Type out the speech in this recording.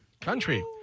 country